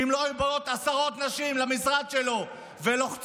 ואם לא היו באות עשרות נשים למשרד שלו ולוחצות,